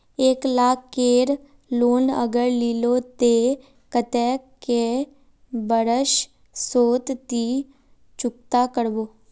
एक लाख केर लोन अगर लिलो ते कतेक कै बरश सोत ती चुकता करबो?